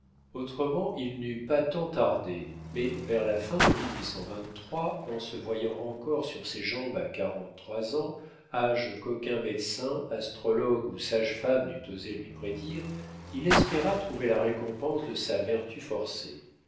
autrement il n'eût pas tant tardé mais vers la fin de en se voyant encore sur ses jambes à quarante-trois ans âge qu'aucun médecin astrologue ou sage-femme n'eût osé lui prédire il espéra trouver la récompense de sa vertu forcée